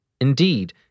Indeed